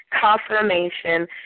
confirmation